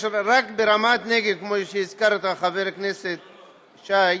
יש רק ברמת הנגב, כמו שהזכרת, חבר הכנסת נחמן שי,